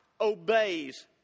obeys